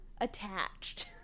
attached